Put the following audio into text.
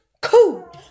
cool